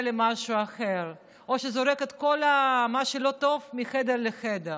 במשהו אחר או זורק את כל מה שלא טוב מחדר לחדר.